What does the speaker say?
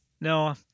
No